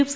F